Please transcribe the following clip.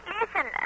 Listen